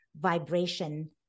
vibration